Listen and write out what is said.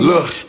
Look